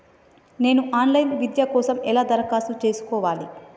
నేను online విద్య కోసం ఎలా దరఖాస్తు చేసుకోవాలి?